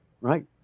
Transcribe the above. right